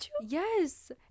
Yes